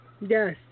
Yes